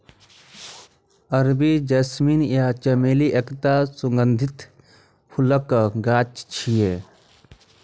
अरबी जैस्मीन या चमेली एकटा सुगंधित फूलक गाछ छियै